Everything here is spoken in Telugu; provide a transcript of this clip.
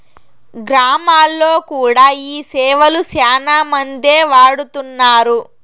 గ్రామాల్లో కూడా ఈ సేవలు శ్యానా మందే వాడుతున్నారు